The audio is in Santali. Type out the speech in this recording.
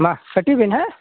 ᱢᱟ ᱠᱟᱹᱴᱤ ᱵᱤᱱ ᱦᱮᱸ